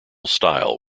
style